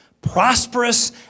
prosperous